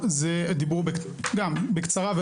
אבל